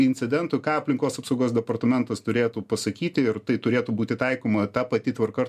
incidentui ką aplinkos apsaugos departamentas turėtų pasakyti ir tai turėtų būti taikoma ta pati tvarka ir